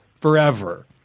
forever